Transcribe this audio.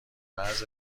مرز